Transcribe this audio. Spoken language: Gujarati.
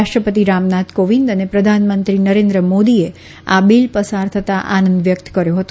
રાષ્ટ્રપતિ રામનાથ કોવિંદ અને પ્રધાનમંત્રી નરેન્દ્ર મોદીએ આ બીલ પસાર કરવા માટે આનંદ વ્યકત કર્યો હતો